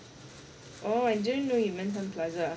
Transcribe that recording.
oh I didn't know you know you meant sun plaza